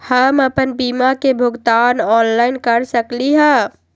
हम अपन बीमा के भुगतान ऑनलाइन कर सकली ह?